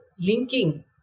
linking